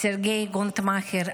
סרגיי גונטמכר,